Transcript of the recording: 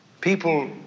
People